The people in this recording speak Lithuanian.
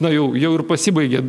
na jau jau ir pasibaigė